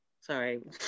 Sorry